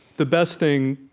the best thing,